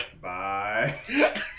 Bye